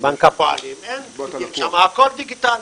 בנק הפועלים, אין פקידים שם, הכול דיגיטלי.